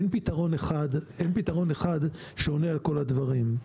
אין פתרון אחד שעונה על כל הדברים.